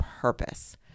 purpose